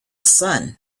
sun